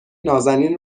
نازنین